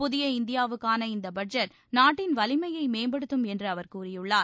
புதிய இந்தியாவுக்கான இந்த பட்ஜெட் நாட்டின் வலிமையை மேம்படுத்தும் என்று அவர் கூறியுள்ளார்